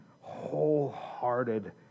wholehearted